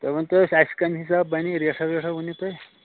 تُہۍ ؤنتو اَسہِ اَسہِ کٮ۪مہِ حساب بَننہِ یہِ ریٹھا ویٹھا ؤنیو تُہۍ